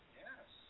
yes